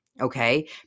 okay